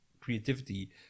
creativity